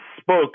spoke